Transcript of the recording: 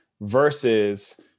Versus